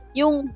yung